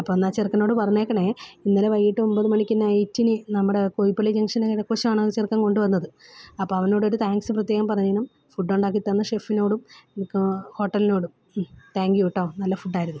അപ്പം എന്നാൽ ആ ചെറുക്കനോട് പറഞ്ഞേക്കണേ ഇന്നലെ വൈകീട്ട് ഒമ്പത് മണിക്ക് നൈറ്റിന് നമ്മുടെ കുഴുപ്പള്ളി ജംഗ്ഷനിൽനിന്ന് ചെറുക്കൻ കൊണ്ടുവന്നത് അപ്പം അവനോടൊരു താങ്ക്സ് പ്രത്യേകം പറയണം ഫുഡുണ്ടാക്കി തന്ന ഷെഫിനോടും ഹോട്ടലിനോടും താങ്ക് യൂ കേട്ടോ നല്ല ഫുഡായിരുന്നു